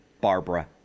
Barbara